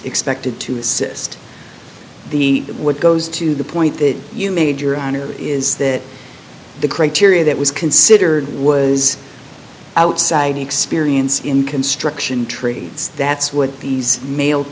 expected to assist the what goes to the point that you major honor is that the criteria that was considered was outside experience in construction trades that's what these male